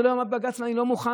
זה לא יעמוד בבג"ץ ואני לא מוכן,